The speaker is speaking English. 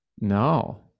No